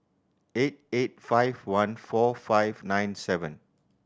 eight eight five one four five nine seven